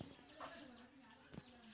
खाता कुनियाँ खोलवा होते?